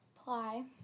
Apply